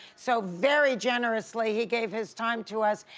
so very generously, he gave his time to us.